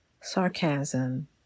sarcasm